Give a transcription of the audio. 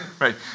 right